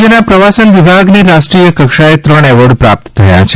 રાજ્યના પ્રવાસન વિભાગને રાષ્ટ્રીય કક્ષાએ ત્રણ એવોર્ડ પ્રાપ્ત થયા છે